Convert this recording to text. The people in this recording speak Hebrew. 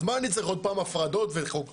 אז אני צריך עוד פעם הפרדות וחוקים?